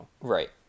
Right